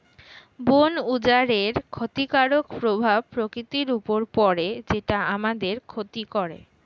বন উজাড়ের ক্ষতিকারক প্রভাব প্রকৃতির উপর পড়ে যেটা আমাদের ক্ষতি করে